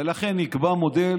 ולכן נקבע מודל